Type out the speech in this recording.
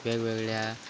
वेगवेगळ्या